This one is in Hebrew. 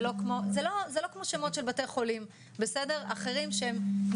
זה לא כמו שמות של בתי חולים אחרים שנקראים